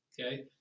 Okay